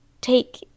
take